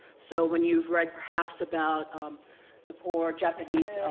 so when you've read perhaps about the poor japanese